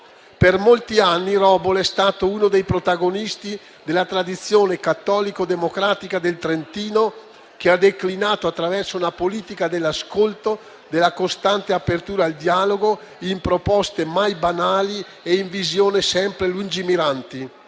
Per molti anni Robol è stato uno dei protagonisti della tradizione cattolico-democratica del Trentino, che ha declinato attraverso una politica dell'ascolto, della costante apertura al dialogo in proposte mai banali e in visioni sempre lungimiranti.